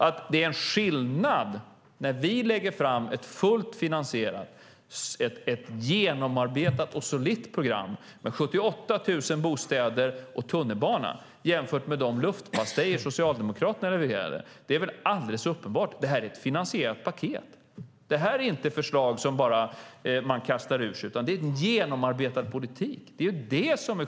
Att det är skillnad mellan att vi lägger fram ett fullt finansierat, genomarbetat och solitt program med 78 000 bostäder och tunnelbana och de luftpastejer Socialdemokraterna levererade är väl alldeles uppenbart. Det här är ett finansierat paket. Det är inte förslag som man bara kastar ur sig, utan det är genomarbetad politik. Det är där skiljelinjen går.